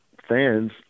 fans